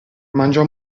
mangiò